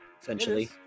Essentially